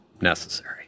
necessary